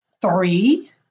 Three